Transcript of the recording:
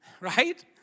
right